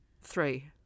three